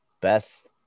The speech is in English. best